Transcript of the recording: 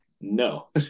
no